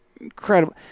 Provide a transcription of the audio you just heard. incredible